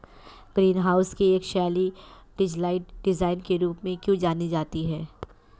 Green house की एक शैली डचलाइट डिजाइन के रूप में क्यों जानी जाती है?